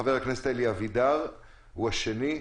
חבר הכנסת אלי אבידר הוא השני,